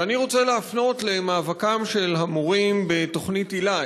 ואני רוצה להפנות למאבקם של המורים בתוכנית היל"ה,